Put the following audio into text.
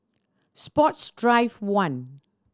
Sports Drive One